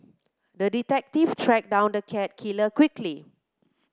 the detective tracked down the cat killer quickly